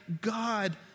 God